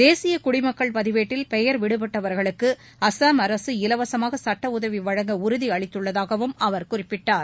தேசிய குடிமக்கள் பதிவேட்டில் பெயர் விடுபட்டவர்களுக்கு அஸ்ஸாம் அரசு இலவசமாக சட்ட உதவி வழங்க உறுதியளித்துள்ளதாகவும் அவர் குறிப்பிட்டார்